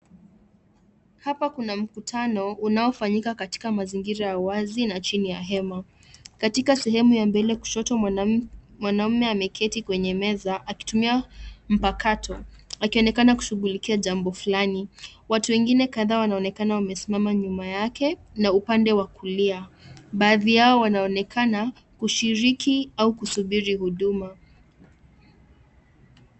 Hapa kuna mkutano unaofanyika katika mazingira ya wazi na chini ya hema. Katika sehemu ya mbele kushoto mwanamume ameketi kwenye meza akitumia mpakato. Akionekana kushughulikia jambo fulani. Watu wengine kadhaa wanaonekana wamesimama nyuma yake na upande wa kulia. Baadhi yao wanaonekana kushiriki au kusubiri huduma.